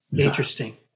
Interesting